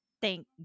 Thank